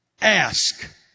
Ask